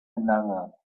another